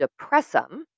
depressum